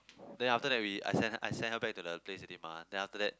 then after that we I send I send her back to the place already mah then after that